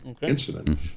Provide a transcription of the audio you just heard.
incident